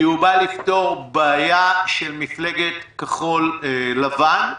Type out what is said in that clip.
כי הוא בא לפתור בעיה של מפלגת כחול לבן,